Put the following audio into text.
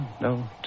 No